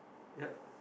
yup